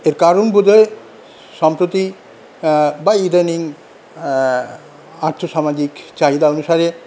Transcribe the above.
এর কারণ বোধহয় সম্প্রতি বা ইদানিং আর্থসামাজিক চাহিদা অনুসারে